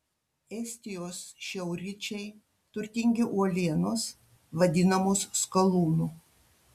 estijos šiaurryčiai turtingi uolienos vadinamos skalūnu